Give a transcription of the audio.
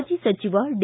ಮಾಜಿ ಸಚಿವ ಡಿ